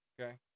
Okay